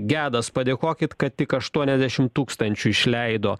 gedas padėkokit kad tik aštuoniasdešim tūkstančių išleido